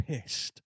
pissed